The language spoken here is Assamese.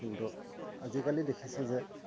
কিন্তু আজিকালি দেখিছোঁ যে